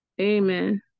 Amen